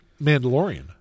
Mandalorian